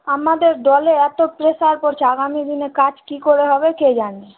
আমাদের দলে এতো প্রেসার পড়ছে আগামী দিনে কাজ কী করে হবে কে জানে